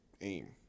aim